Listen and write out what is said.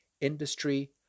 industry